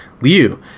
Liu